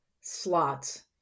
slots